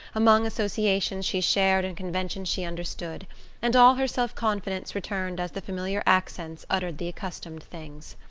among associations she shared and conventions she understood and all her self-confidence returned as the familiar accents uttered the accustomed things.